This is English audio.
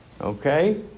okay